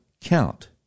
count